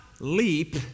leap